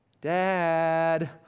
Dad